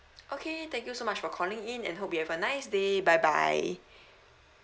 okay thank you so much for calling in and hope you have a nice day bye bye